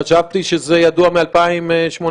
חשבתי שזה ידוע מ-2018.